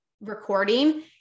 recording